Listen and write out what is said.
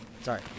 Sorry